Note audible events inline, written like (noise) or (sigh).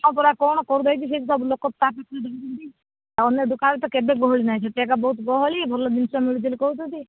ଆଉ ପରା କ'ଣ କରିଦେଇଛି ସେଇଠି ଲୋକ ସବୁ (unintelligible) ଅନ୍ୟ ଦୋକାନ ତ କେବେ ଗହଳି ନାହିଁ ସେଇଠି ଏକା ବହୁତ ଗହଳି ଭଲ ଜିନିଷ ମିଳୁଛି ବୋଲି କହୁଛନ୍ତି